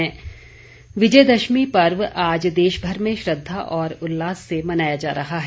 विजयदशमी विजयदशमी पर्व आज देशभर में श्रद्धा और उल्लास से मनाया जा रहा है